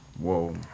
Whoa